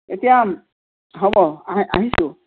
এতিয়া হ'ব আহিছোঁ